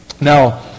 Now